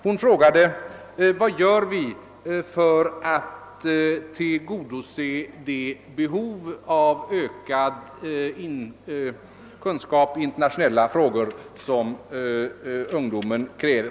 Hon frågade vad vi gör för att åstadkomma den ökning av kunskaperna i internationella frågor som ungdomen kräver.